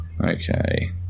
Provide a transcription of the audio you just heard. Okay